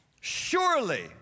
Surely